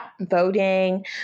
Voting